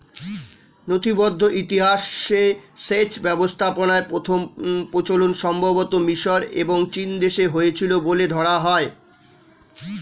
নথিবদ্ধ ইতিহাসে সেচ ব্যবস্থাপনার প্রথম প্রচলন সম্ভবতঃ মিশর এবং চীনদেশে হয়েছিল বলে ধরা হয়